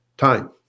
Time